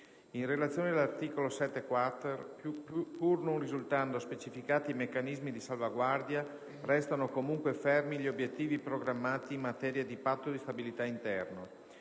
in relazione all'articolo 7-*quater*, pur non risultando specificati i meccanismi di salvaguardia, restano comunque fermi gli obiettivi programmati in materia di Patto di stabilità interno;